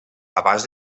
abans